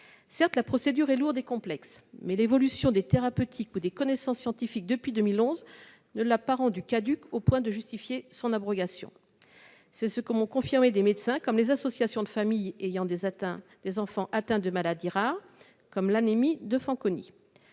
Certes, la procédure est lourde et complexe, mais l'évolution des thérapeutiques et des connaissances scientifiques depuis 2011 ne l'a pas rendue caduque au point de justifier son abrogation. C'est ce que m'ont confirmé des médecins, de même que les associations de familles d'enfants atteints de maladies rares, comme l'anémie de Fanconi.